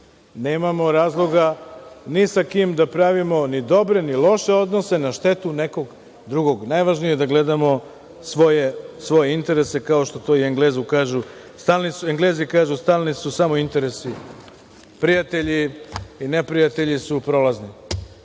nemamo razloga ni sa kim da pravimo ni dobre ni loše odnose na štetu nekog drugog. Najvažnije je da gledamo svoje interese kao što to i Englezi kažu - stalni su samo interesi, prijatelji i neprijatelji su prolazni.U